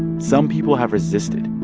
some people have resisted.